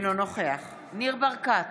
אינו נוכח ניר ברקת,